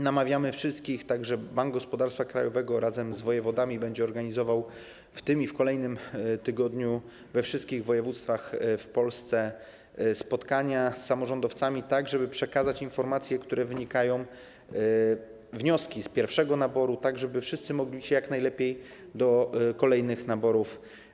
Namawiamy wszystkich, także Bank Gospodarstwa Krajowego razem z wojewodami będzie organizował w tym i kolejnym tygodniu we wszystkich województwach w Polsce spotkania z samorządowcami, tak żeby przekazać informacje, wnioski z pierwszego naboru, tak żeby wszyscy mogli jak najlepiej przygotować się do kolejnych naborów.